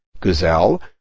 gazelle